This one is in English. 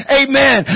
amen